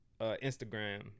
Instagram